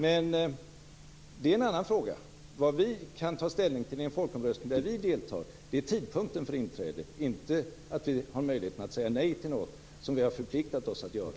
Men det är en annan fråga. Vad vi kan ta ställning till i en folkomröstning är tidpunkten för inträdet, inte till möjligheten att säga nej till något som vi har förpliktat oss att göra.